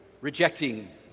rejecting